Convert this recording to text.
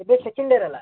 ଏବେ second year ହେଲା